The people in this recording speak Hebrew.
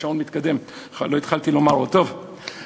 השעון מתקדם, בכלל עוד לא התחלתי לומר, יש